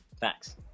Thanks